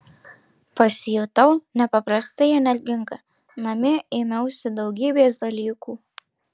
pasijutau nepaprastai energinga namie ėmiausi daugybės dalykų